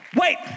Wait